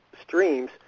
streams